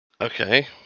Okay